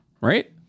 right